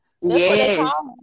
yes